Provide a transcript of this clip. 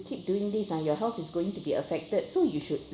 keep doing this ah your health is going to be affected so you should